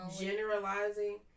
generalizing